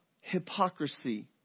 hypocrisy